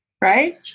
right